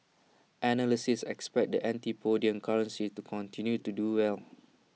analysts expect the antipodean currencies to continue to do well